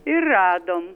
ir radom